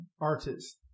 artist